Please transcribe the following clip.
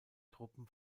truppen